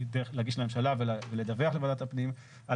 להגיש לממשלה ולדווח לוועדת הפנים מידי חמש